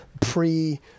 pre